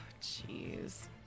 Jeez